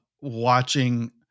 watching